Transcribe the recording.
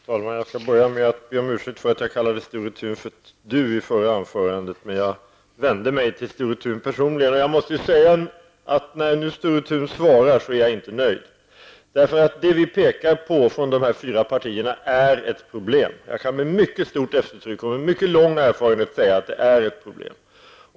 Fru talman! Jag skall börja med att be om ursäkt för att jag tilltalade Sture Thun med ''du'' i förra anförandet, men jag vände mig till honom personligen. När nu Sture Thun svarade blev jag inte nöjd. Det som de fyra partiernas representanter pekar på är ett problem. Jag kan med mycket stort eftertryck och med mycket lång erfarenhet säga att det är ett problem.